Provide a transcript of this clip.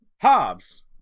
Hobbs